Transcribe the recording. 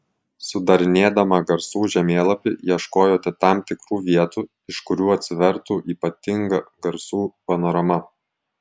sudarinėdama garsų žemėlapį ieškojote tam tikrų vietų iš kurių atsivertų ypatinga garsų panorama